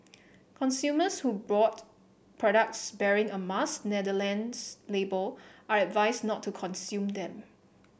consumers who brought products bearing a Mars Netherlands label are advised not to consume them